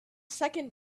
second